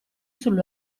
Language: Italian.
sul